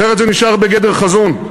אחרת זה נשאר בגדר חזון.